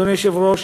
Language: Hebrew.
אדוני היושב-ראש,